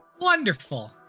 Wonderful